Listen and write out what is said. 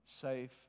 safe